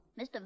Mr